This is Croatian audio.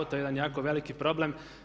To je jedan jako veliki problem.